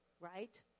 right